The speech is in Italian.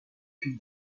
più